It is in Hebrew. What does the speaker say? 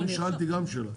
אני שאלתי גם שאלה.